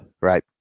right